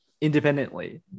independently